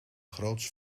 groots